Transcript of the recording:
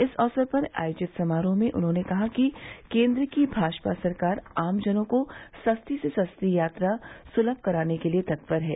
इस अवसर पर आयोजित समारोह में उन्होंने कहा कि केंद्र की भाजपा सरकार आमजनों को सस्ती से सस्ती यात्रा सुलभ कराने के लिए तत्पर है